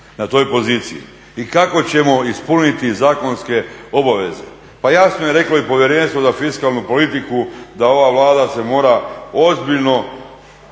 na toj poziciji i kako ćemo ispuniti zakonske obaveze. Pa jasno je reklo i Povjerenstvo za fiskalnu politiku da ova Vlada se mora ozbiljno